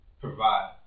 provide